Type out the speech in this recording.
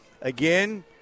again